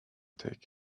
take